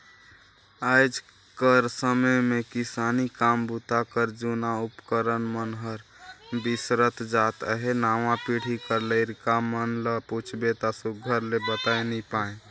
आएज कर समे मे किसानी काम बूता कर जूना उपकरन मन हर बिसरत जात अहे नावा पीढ़ी कर लरिका मन ल पूछबे ता सुग्घर ले बताए नी पाए